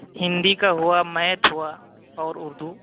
ہندی کا ہوا میتھ ہوا اور اردو